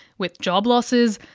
with job losses,